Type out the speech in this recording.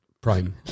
prime